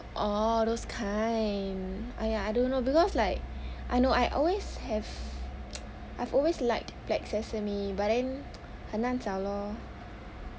orh those kind !aiya! I don't know because like I know I always have I've always liked black sesame but then 很难找 lor